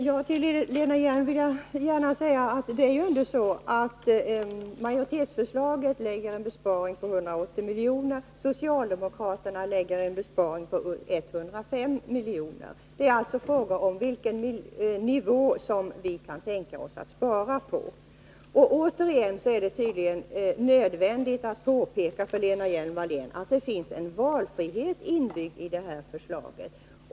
Herr talman! Till Lena Hjelm-Wallén vill jag gärna säga att majoritetsförslaget innebär en besparing på 180 milj.kr. och socialdemokraternas förslag en besparing på 105 milj.kr. Det är alltså fråga om hur mycket vi kan tänka oss att spara. Återigen är det tydligen nödvändigt att påpeka för Lena Hjelm-Wallén att det finns en valfrihet inbyggd i förslaget.